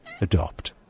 Adopt